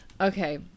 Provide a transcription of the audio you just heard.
Okay